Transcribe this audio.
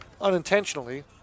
unintentionally